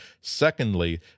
Secondly